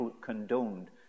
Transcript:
condoned